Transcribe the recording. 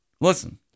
Listen